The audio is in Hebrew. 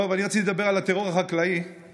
טוב, אני רציתי לדבר על הטרור החקלאי ועל